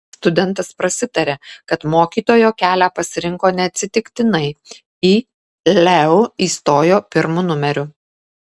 studentas prasitaria kad mokytojo kelią pasirinko neatsitiktinai o į leu įstojo pirmu numeriu